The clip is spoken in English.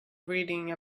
reading